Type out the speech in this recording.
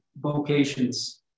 vocations